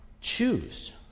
choose